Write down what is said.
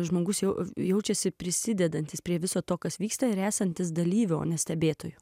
žmogus jau jaučiasi prisidedantis prie viso to kas vyksta ir esantis dalyvio stebėtoju